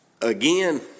Again